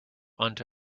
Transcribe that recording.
unto